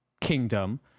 kingdom